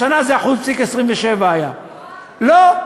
השנה זה היה 1.27%. לא.